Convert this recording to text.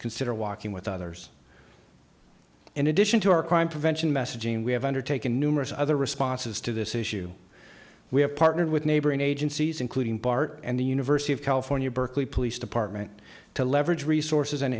consider walking with others in addition to our crime prevention messaging we have undertaken numerous other responses to this issue we have partnered with neighboring agencies including bart and the university of california berkeley police department to leverage resources and